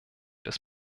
des